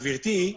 גברתי,